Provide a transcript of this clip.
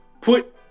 Put